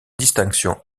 distinction